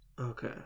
Okay